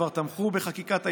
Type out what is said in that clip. כבר תמכו בחקיקת ההתנתקות.